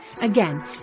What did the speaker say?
Again